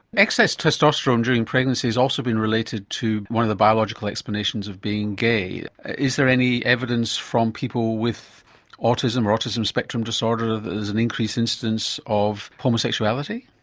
excess testosterone during pregnancy has also been related to one of the biological explanations of being gay. is there any evidence from people with autism, or autism spectrum disorder as an increased instance of homosexuality?